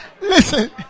Listen